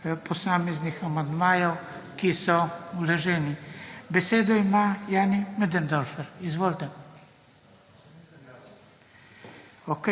posameznih amandmajev, ki so vloženi. Besedo ima Jani Möderndorfer. Izvolite.